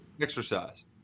exercise